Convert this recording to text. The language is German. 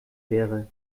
wäre